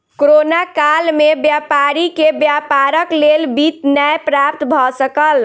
corona काल में व्यापारी के व्यापारक लेल वित्त नै प्राप्त भ सकल